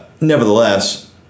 nevertheless